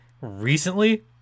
recently